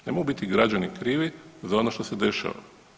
Ne mogu biti građani krivi za ono što se dešava.